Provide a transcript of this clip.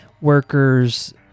workers